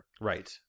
Right